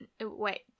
Wait